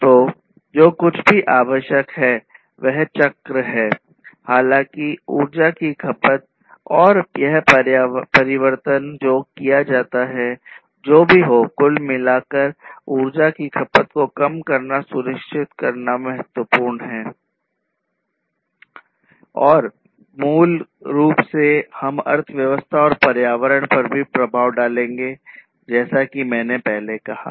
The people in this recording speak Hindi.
तो जो कुछ भी आवश्यक है वह चक्र है हालांकि ऊर्जा की खपत और यह परिवर्तन जो किया जाता है जो भी हो कुल मिलाकर ऊर्जा की खपत को कम करना सुनिश्चित करना महत्वपूर्ण है और मूल रूप से हम अर्थव्यवस्था और पर्यावरण पर भी प्रभाव डालेंगे जैसा मैंने पहले कहा है